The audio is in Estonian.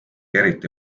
eriti